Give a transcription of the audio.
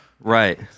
Right